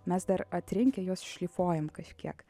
mes dar atrinkę juos šlifuojam kažkiek